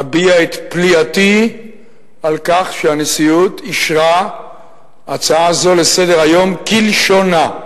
אביע את פליאתי על כך שהנשיאות אישרה הצעה זו לסדר-היום כלשונה.